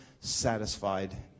satisfied